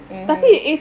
mmhmm